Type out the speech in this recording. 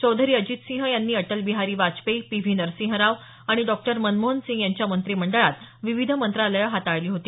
चौधरी अजित सिंह यांनी Atal Bihari Vajpayee P V Narasimha Rao आणि Dr Manmohan Singh यांच्या मंत्रिमंडळात विविध मंत्रालयं हाताळली होती